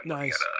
nice